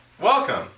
Welcome